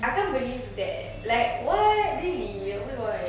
I can't believe that like what really everyone